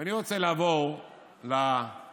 ואני רוצה לעבור לנקודה,